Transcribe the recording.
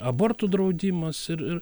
abortų draudimas ir ir